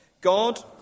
God